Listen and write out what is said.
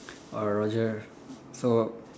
oh roger so